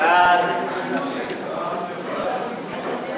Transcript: את הצעת חוק לתיקון פקודת היערות (מס' 6),